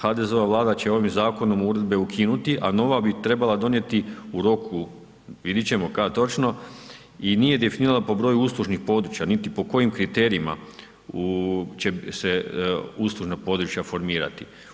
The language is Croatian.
HDZ-ova Vlada će ovim zakonom uredbe ukinuti a nova bi ih trebala donijeti u roku, vidjeti ćemo kad točno i nije definirala po broju uslužnih područja, niti po kojim kriterijima će se uslužna područja formirati.